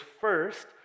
first